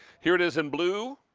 here it is in blue.